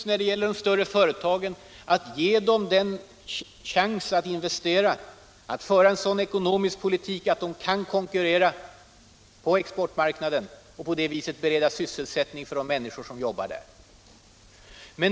När det gäller de större företagen måste de naturligtvis få en chans att investera. Det gäller att föra en sådan ekonomisk politik att de kan konkurrera på exportmarknaden och på det viset bereda sysselsättning för de människor som jobbar där.